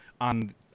on